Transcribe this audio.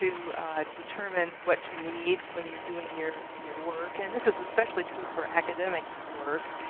to determine what you need when you're doing your your work and this is especially true for academic work